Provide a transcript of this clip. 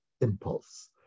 impulse